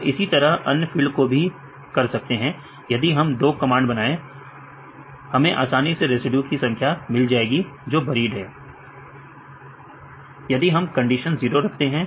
हम इसी तरह अन्य फील्ड को भी कर सकते हैं यदि हम दो कमांड बनाएं हमें आसानी से रिड्यूस की संख्या मिल जाएगी जो बरीड हैं यदि हम कंडीशन 0 रखते हैं